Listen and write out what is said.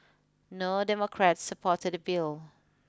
no Democrats supported the bill